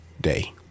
day